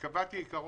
וקבעתי עיקרון.